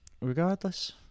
regardless